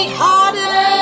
harder